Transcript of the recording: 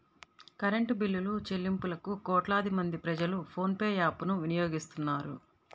current బిల్లులుచెల్లింపులకు కోట్లాది మంది ప్రజలు ఫోన్ పే యాప్ ను వినియోగిస్తున్నారు